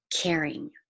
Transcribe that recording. caring